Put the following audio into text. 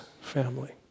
family